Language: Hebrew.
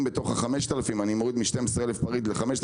מתוך 5,000 הפריטים אחרי שהורדתי מתוך 12,000 הפריטים,